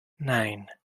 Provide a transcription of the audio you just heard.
nine